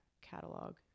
catalog